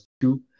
two